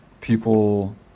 people